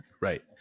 Right